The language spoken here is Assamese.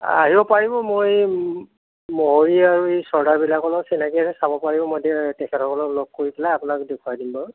আহিব পাৰিব মোৰ এই মহৰি আৰু এই চৰ্দাৰবিলাকৰ লগত চিনাকি আছে চাব পাৰিব মই তেখেতসকলক লগ কৰি পেলাই আপোনাক দেখুৱাই দিম